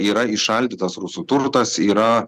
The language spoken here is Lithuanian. yra įšaldytas rusų turtas yra